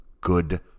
good